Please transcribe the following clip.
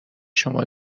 شما